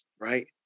right